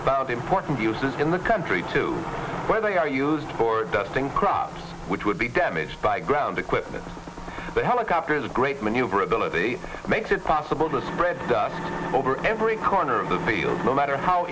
about important uses in the country to where they are used for dusting crops which would be damaged by ground equipment but helicopters great maneuverability makes it possible to spread over every corner of the field no matter how